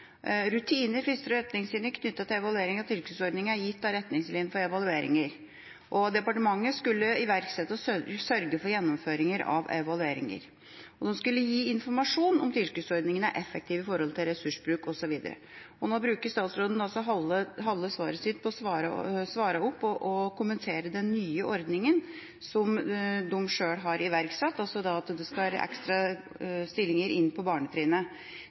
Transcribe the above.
Retningslinjer for evalueringer. Departementet skal iverksette og sørge for gjennomføring av evalueringer. Evalueringer skal gi informasjon om tilskuddsordningen er effektive i forhold til ressursbruk ...». Nå bruker statsråden halve svaret sitt til å svare på og kommentere den nye ordninga som de sjøl har iverksatt. Det skal noen ekstra stillinger inn på barnetrinnet.